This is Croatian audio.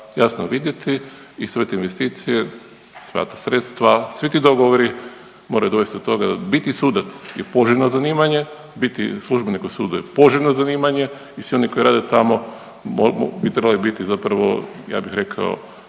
jasno vidjeti i sve te investicije, sva ta sredstva, svi ti dogovori moraju dovesti do toga. Biti sudac je poželjno zanimanje, biti službenik u sudu je poželjno zanimanje i svi oni koji rade tamo bi trebali biti zapravo, ja bih rekao,